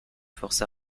forces